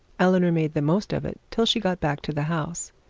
eleanor made the most of it till she got back to the house.